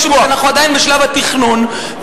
כשאנחנו עדיין בשלב התכנון,